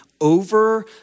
Over